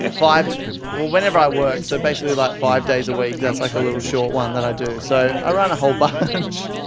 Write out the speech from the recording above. and five whenever i work. so, basically, like five days a week. that's like a little short one that i do. so, i run a whole but bunch.